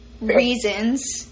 reasons